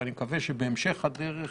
ואני מקווה שבהמשך הדרך